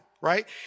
right